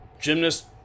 Gymnast